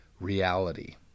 reality